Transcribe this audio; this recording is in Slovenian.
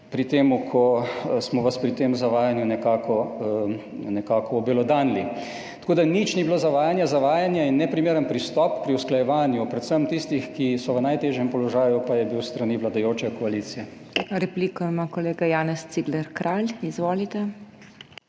pri tem, ko smo vas pri tem zavajanju nekako obelodanili. Tako da nič ni bilo zavajanje, zavajanje in neprimeren pristop pri usklajevanju, predvsem tistih, ki so v najtežjem položaju, pa sta bila s strani vladajoče koalicije. **PODPREDSEDNICA MAG. MEIRA HOT:** Repliko ima kolega Janez Cigler Kralj. Izvolite.